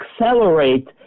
accelerate